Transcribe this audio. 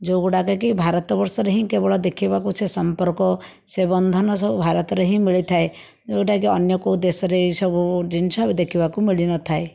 ଯେଉଁଗୁଡ଼ାକକି ଭାରତ ବର୍ଷରେ ହିଁ କେବଳ ଦେଖିବାକୁ ସେ ସମ୍ପର୍କ ସେ ବନ୍ଧନ ସବୁ ଭାରତରେ ହିଁ ମିଳିଥାଏ ଯେଉଁଟାକି ଅନ୍ୟ କେଉଁ ଦେଶରେ ଏସବୁ ଜିନିଷ ଦେଖିବାକୁ ମିଳିନଥାଏ